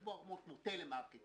יש בו -- מוטה, למעשה.